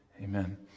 Amen